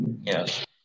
Yes